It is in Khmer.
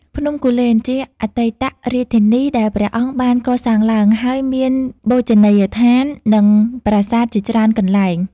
ភ្នំគូលែនជាអតីតរាជធានីដែលព្រះអង្គបានកសាងឡើង ហើយមានបូជនីយដ្ឋាន និងប្រាសាទជាច្រើនកន្លែង។